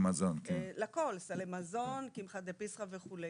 לכול, סלי מזון, קמחא דפסחא וכו'.